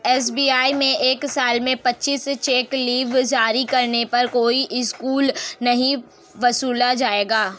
SBI में एक साल में पच्चीस चेक लीव जारी करने पर कोई शुल्क नहीं वसूला जाएगा